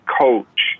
coach